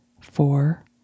four